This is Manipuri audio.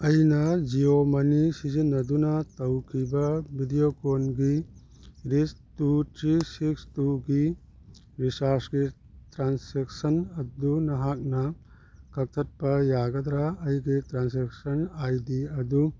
ꯑꯩꯅ ꯖꯤꯌꯣ ꯃꯅꯤ ꯁꯤꯖꯤꯟꯅꯗꯨꯅ ꯇꯧꯈꯤꯕ ꯕꯤꯗꯤꯌꯣꯀꯣꯟꯒꯤ ꯇꯨ ꯊ꯭ꯔꯤ ꯁꯤꯛꯁ ꯇꯨꯒꯤ ꯔꯤꯆꯥꯔꯖꯀꯤ ꯇ꯭ꯔꯥꯟꯁꯦꯛꯁꯟ ꯑꯗꯨ ꯅꯍꯥꯛꯅ ꯀꯛꯊꯠꯄ ꯌꯥꯒꯗ꯭ꯔ ꯑꯩꯒꯤ ꯇ꯭ꯔꯥꯟꯁꯦꯛꯁꯟ ꯑꯥꯏ ꯗꯤ ꯑꯗꯨ